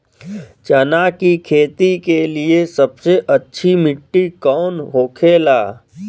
चना की खेती के लिए सबसे अच्छी मिट्टी कौन होखे ला?